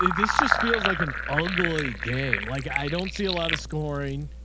this just feels like an ugly game. like i don't see a lot of scoring.